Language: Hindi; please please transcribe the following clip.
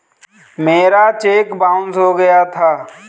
मेरा चेक बाउन्स हो गया था